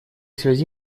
связи